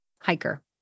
hiker